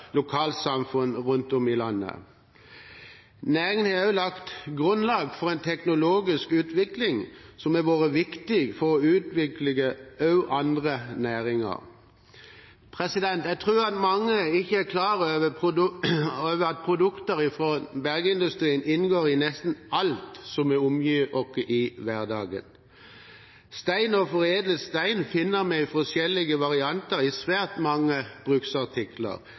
lokalsamfunn rundt om i landet. Næringen har også lagt grunnlag for en teknologisk utvikling som har vært viktig for utvikling av andre næringer. Jeg tror at mange ikke er klar over at produkter fra bergindustrien inngår i nesten alt vi omgir oss med i hverdagen. Stein og foredlet stein finner vi i forskjellige varianter i svært mange bruksartikler,